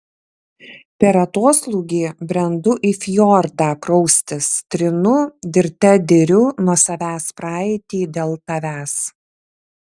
per atoslūgį brendu į fjordą praustis trinu dirte diriu nuo savęs praeitį dėl tavęs